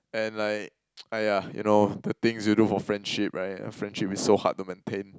and like aiyah you know the things you do for friendship right friendship is so hard to maintain